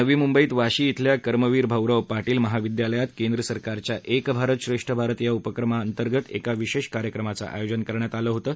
नवी मुंबईत वाशी खिल्या कर्मवीर भाऊराव पाटील महाविद्यालयात केंद्र सरकारच्या एक भारत श्रेष्ठ भारत या उपक्रमाअंतर्गत एका विशेष कार्यक्रमाचं आयोजन करण्यात आलं होतं